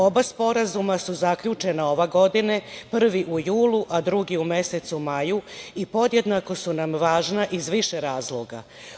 Oba sporazuma su zaključena ove godine, prvi u julu a drugi u mesecu maju i podjednako su nam važna, iz više razloga.